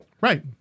right